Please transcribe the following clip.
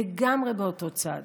לגמרי באותו צד,